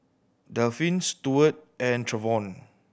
Delphin Steward and Trevion